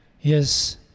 yes